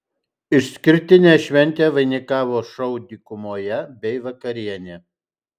išskirtinę šventę vainikavo šou dykumoje bei vakarienė